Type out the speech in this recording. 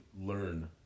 learn